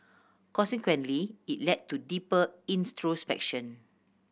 consequently it led to deeper introspection